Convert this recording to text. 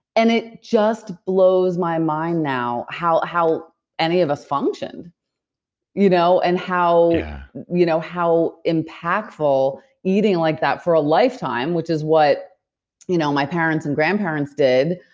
and it just blows my mind now, how how any of us functioned you know and how you know how impactful eating like that for a lifetime, which is what you know my parents and grandparents did,